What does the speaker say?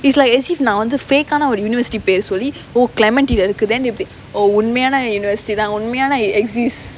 it's like as if நா வந்து:naa vanthu fake ஆனா ஒரு:aanaa oru university பேரு சொல்லி:peru solli oh clementi இது இருக்கு:ithu irukku oh உண்மையான:unmaiyaana university தான் உண்மையான:thaan unmaiyaana exists